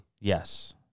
Yes